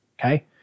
Okay